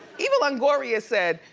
eva longoria said,